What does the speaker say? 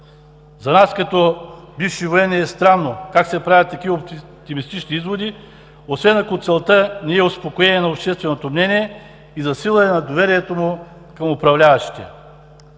За нас, като бивши военни, е странно как се правят такива оптимистични изводи, освен ако целта не е успокоение на общественото мнение и засилване на доверието му към управляващите.